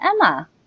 Emma